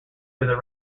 through